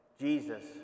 Jesus